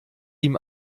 ihm